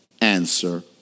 answer